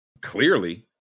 Clearly